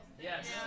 Yes